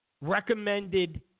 recommended